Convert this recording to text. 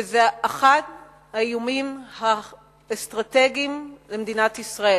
וזה אחד האיומים האסטרטגיים על מדינת ישראל.